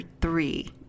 three